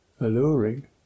alluring